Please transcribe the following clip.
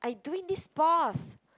I doing this pause